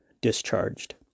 discharged